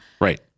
right